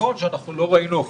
נכון שאנחנו לא ראינו הוכחות,